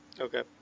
Okay